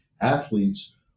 athletes